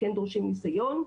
שכן דורשים ניסיון,